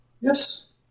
Yes